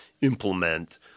implement